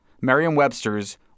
Merriam-Webster's